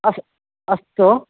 अस्तु अस्तु